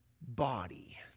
body